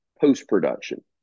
post-production